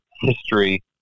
history